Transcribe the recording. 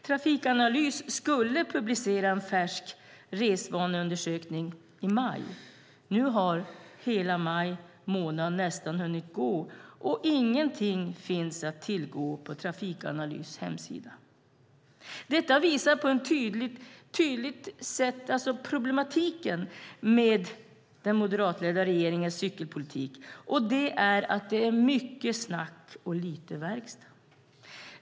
Trafikanalys skulle publicera en färsk resvaneundersökning i maj. Nu har nästan hela maj månad hunnit gå och ingenting finns att tillgå på Trafikanalys hemsida. Detta visar på ett tydligt sätt problematiken med den moderatledda regeringens cykelpolitik, och det är att det är mycket snack och lite verkstad.